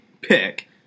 pick